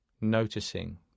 noticing